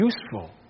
useful